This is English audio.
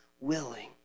willing